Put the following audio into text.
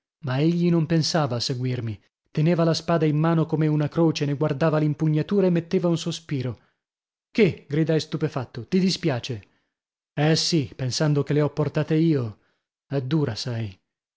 ma egli non pensava a seguirmi teneva la spada in mano come una croce ne guardava l'impugnatura e metteva un sospiro che gridai stupefatto ti dispiace eh sì pensando che le ho portate io è dura sai